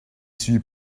suis